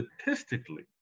statistically